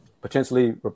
potentially